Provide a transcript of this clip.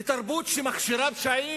לתרבות שמכשירה פשעים,